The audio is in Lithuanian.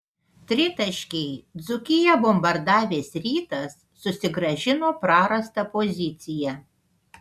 tritaškiai dzūkiją bombardavęs rytas susigrąžino prarastą poziciją